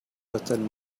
within